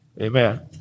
Amen